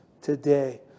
today